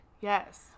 Yes